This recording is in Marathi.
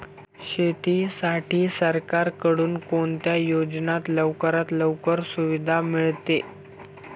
शेतीसाठी सरकारकडून कोणत्या योजनेत लवकरात लवकर सुविधा मिळते?